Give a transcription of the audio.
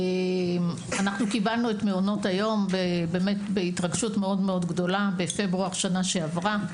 קיבלנו את המעונות בהתרגשות גדולה מאוד בפברואר שנה שעברה,